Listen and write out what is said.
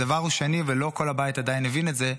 הדבר השני, ולא כל הבית עדיין הבין את זה,